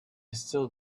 still